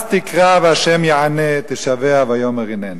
אז תקרא וה' יענה, תשווע ויאמר הנני.